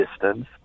distance